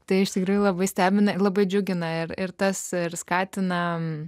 tai aš tikrai labai stebina labai džiugina ir ir tas ir skatiname